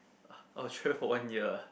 I will for one year